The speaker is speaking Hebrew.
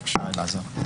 בבקשה, אלעזר.